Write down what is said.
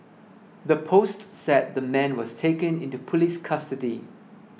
the post said the man was taken into police custody